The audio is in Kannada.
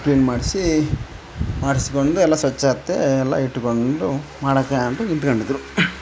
ಕ್ಲೀನ್ ಮಾಡಿಸಿ ಮಾಡಿಸ್ಕೊಂಡು ಎಲ್ಲ ಸ್ವಚ್ಚ ಇರುತ್ತೆ ಎಲ್ಲ ಇಟ್ಕೊಂಡು ಮಾಡೋಕೆ ಅಂತ ನಿಂತ್ಗೊಂಡಿದ್ರು